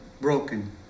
broken